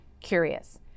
curious